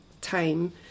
time